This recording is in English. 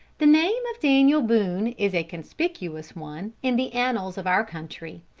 the name of daniel boone is a conspicuous one in the annals of our country.